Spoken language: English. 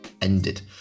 ended